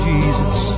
Jesus